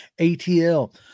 ATL